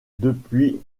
depuis